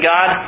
God